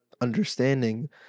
understanding